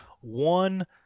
one